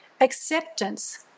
acceptance